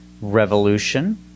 revolution